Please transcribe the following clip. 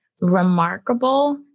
remarkable